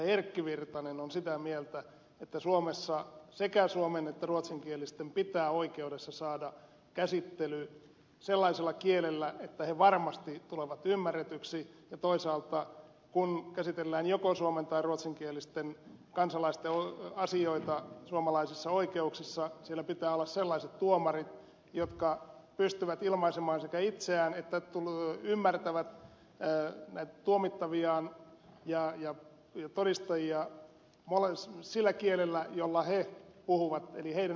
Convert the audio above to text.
erkki virtanen on sitä mieltä että suomessa sekä suomen että ruotsinkielisten pitää oikeudessa saada käsittely sellaisella kielellä että he varmasti tulevat ymmärretyiksi ja toisaalta kun käsitellään joko suomen tai ruotsinkielisten kansalaisten asioita suomalaisissa oikeuksissa siellä pitää olla sellaiset tuomarit jotka sekä pystyvät ilmaisemaan itseään että ymmärtävät tuomittaviaan ja todistajia sillä kielellä jolla nämä puhuvat eli näiden äidinkielellä